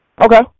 Okay